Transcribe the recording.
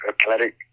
athletic